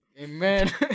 Amen